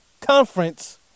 conference